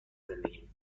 زندگی